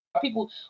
people